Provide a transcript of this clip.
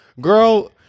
Girl